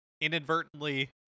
inadvertently